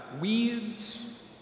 weeds